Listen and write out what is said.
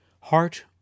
Heart